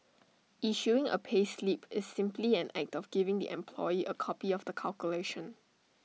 issuing A payslip is simply an act of giving the employee A copy of the calculation